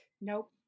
nope